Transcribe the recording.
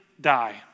die